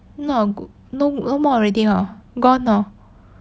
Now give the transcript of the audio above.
not a good no no more already hor gone hor